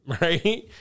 right